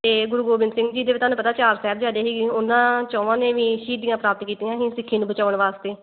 ਅਤੇ ਗੁਰੂ ਗੋਬਿੰਦ ਸਿੰਘ ਜੀ ਦੇ ਵੀ ਤੁਹਾਨੂੰ ਪਤਾ ਚਾਰ ਸਾਹਿਬਜ਼ਾਦੇ ਸੀ ਉਹਨਾਂ ਚੌਹਾਂ ਨੇ ਵੀ ਸ਼ਹੀਦੀਆਂ ਪ੍ਰਾਪਤ ਕੀਤੀਆਂ ਸੀ ਸਿੱਖੀ ਨੂੰ ਬਚਾਉਣ ਵਾਸਤੇ